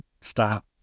stop